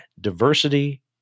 diversity